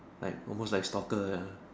like almost like stalker ya